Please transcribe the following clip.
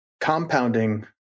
compounding